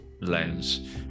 Lens